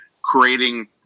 creating